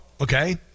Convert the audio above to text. Okay